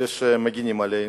אלה שמגינים עלינו.